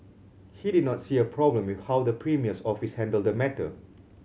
he did not see a problem with how the premier's office handled the matter